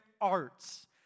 arts